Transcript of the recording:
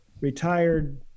retired